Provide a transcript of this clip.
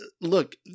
look